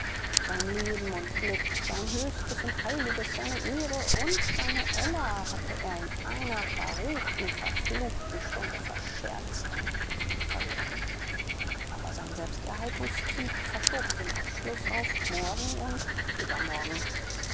sein leben und glück sein höchstes und heiliges seine ehre und seine ella hatte er in einer verruchten verfluchten stunde verscherzt verloren aber sein selbsterhaltungstrieb verschob den abschluß auf morgen und übermorgen